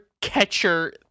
catcher